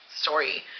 story